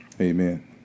Amen